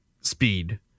speed